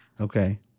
Okay